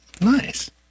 Nice